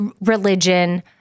religion